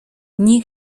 nie